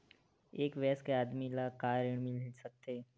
एक वयस्क आदमी ल का ऋण मिल सकथे?